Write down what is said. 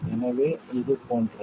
எனவே இது போன்றது